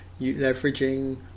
leveraging